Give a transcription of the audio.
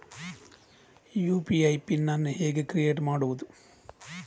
UPI pin ಅನ್ನು ಹೇಗೆ create ಮಾಡುದು?